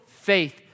faith